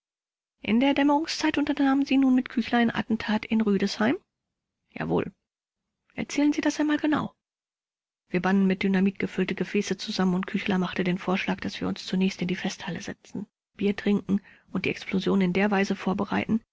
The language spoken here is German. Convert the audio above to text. in der dämmerungszeit unternahmen sie nun mit küchler ein attentat in rüdesheim rupsch jawohl vors erzählen sie das einmal genau rupsch wir banden mit dynamit gefüllte gefäße zusammen und küchler machte den vorschlag daß wir uns zunächst in die festhalle setzen bier trinken und die explosion in der weise vorbereiten